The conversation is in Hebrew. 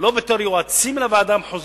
לא בתור יועצים לוועדה המחוזית,